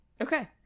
Okay